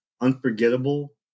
unforgettable